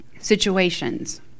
Situations